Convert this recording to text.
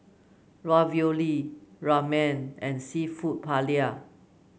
Ravioli Ramen and seafood Paella